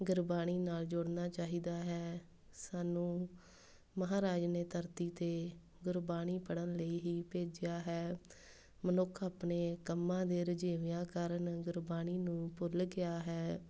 ਗੁਰਬਾਣੀ ਨਾਲ਼ ਜੁੜਨਾ ਚਾਹੀਦਾ ਹੈ ਸਾਨੂੰ ਮਹਾਰਾਜ ਨੇ ਧਰਤੀ 'ਤੇ ਗੁਰਬਾਣੀ ਪੜ੍ਹਨ ਲਈ ਹੀ ਭੇਜਿਆ ਹੈ ਮਨੁੱਖ ਆਪਣੇ ਕੰਮਾਂ ਦੇ ਰੁਝੇਵਿਆਂ ਕਾਰਨ ਗੁਰਬਾਣੀ ਨੂੰ ਭੁੱਲ ਗਿਆ ਹੈ